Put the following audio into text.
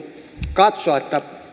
katsoa